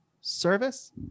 service